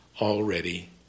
already